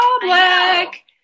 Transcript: public